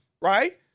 right